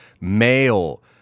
male